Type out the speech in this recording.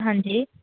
ਹਾਂਜੀ